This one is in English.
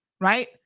right